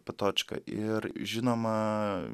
patočka ir žinoma